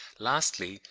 lastly,